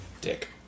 Dick